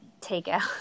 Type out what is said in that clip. takeout